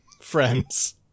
friends